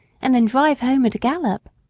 and then drive home at a gallop.